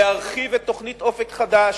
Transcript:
להרחיב את תוכנית "אופק חדש",